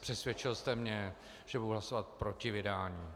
Přesvědčil jste mě, že budu hlasovat proti vydání.